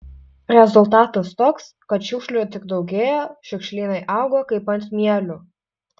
rezultatas toks kad šiukšlių tik daugėja šiukšlynai auga kaip ant mielių